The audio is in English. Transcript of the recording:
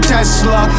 Tesla